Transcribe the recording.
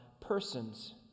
persons